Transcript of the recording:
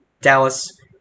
Dallas